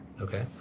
Okay